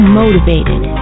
motivated